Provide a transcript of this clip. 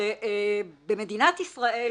שבמדינת ישראל,